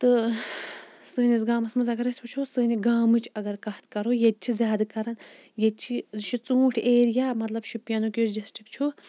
تہٕ سٲنِس گامَس مَنٛز اَگَر أسۍ وٕچھو سانہِ گامٕچ اَگَر کتھ کَرو ییٚتہِ چھِ زیادٕ کَران ییٚتہِ چھِ یہِ چھُ ژوٗنٛٹھۍ ایریا مَطلَب شُپیَنُک یُس ڈِسٹرک چھُ